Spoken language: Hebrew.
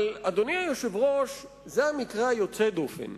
אבל, אדוני היושב-ראש, זה המקרה היוצא דופן.